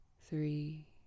three